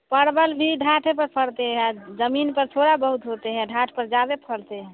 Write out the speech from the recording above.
परवल भी ढाट ही पे फलते हैं ज़मीन पर थोड़ा बहुत होते हैं ढाट पर ज़्यादा फलते हैं